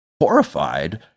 horrified